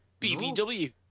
BBW